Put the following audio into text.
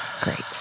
Great